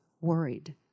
worried